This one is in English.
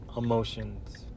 emotions